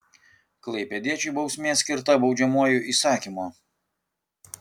klaipėdiečiui bausmė skirta baudžiamuoju įsakymu